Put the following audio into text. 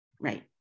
right